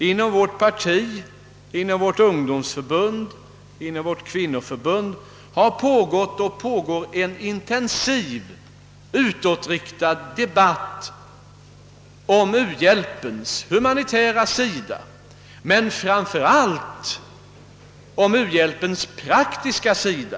Inom vårt parti, inom vårt ungdomsförbund och inom vårt kvinnoförbund och broderskapsrörelsen har pågått och pågår en intensiv utåtriktad debatt om u-hjälpens humanitära sida, men framför allt en debatt om u-hjälpens praktiska sida.